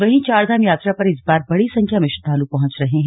वहीं चारधाम यात्रा पर इस बार बड़ी संख्या में श्रद्वालु पहुंच रहे हैं